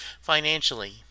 financially